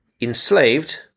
enslaved